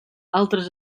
altres